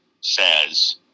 says